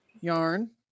Yarn